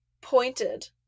pointed